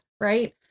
Right